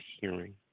hearing